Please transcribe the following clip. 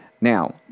Now